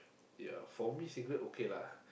yea for me cigarette okay lah